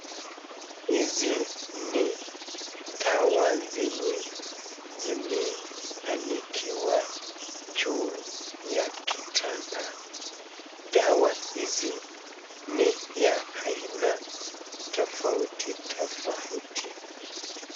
Hizi ni dawa zenye zime anikiwa juu ya kitambaa dawa hizi ni ya aina tofauti tofauti.